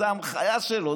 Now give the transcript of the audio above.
זו ההנחיה שלו.